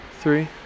three